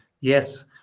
yes